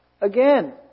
Again